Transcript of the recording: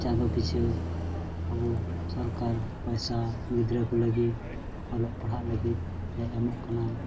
ᱪᱟᱸᱫᱳ ᱯᱤᱪᱷᱤ ᱟᱵᱚ ᱥᱚᱨᱠᱟᱨ ᱯᱚᱭᱥᱟ ᱜᱤᱫᱽᱨᱟᱹ ᱠᱚ ᱞᱟᱹᱜᱤᱫ ᱚᱞᱚᱜᱼᱯᱟᱲᱦᱟᱜ ᱞᱟᱹᱜᱤᱫᱮ ᱮᱢᱚᱜ ᱠᱟᱱᱟ